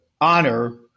honor